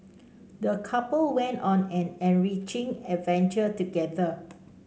the couple went on an enriching adventure together